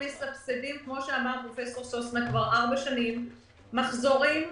מסבסדים כבר ארבע שנים מחזורים,